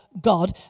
God